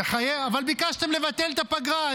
אבל ביקשתם לבטל את הפגרה,